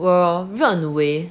我认为